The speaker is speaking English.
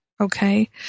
Okay